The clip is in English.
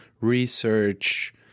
research